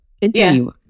Continue